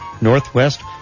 northwest